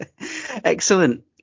excellent